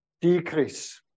decrease